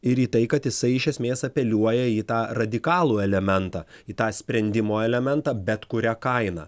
ir į tai kad jisai iš esmės apeliuoja į tą radikalų elementą į tą sprendimo elementą bet kuria kaina